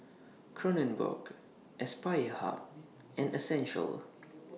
Kronenbourg Aspire Hub and Essential